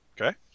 Okay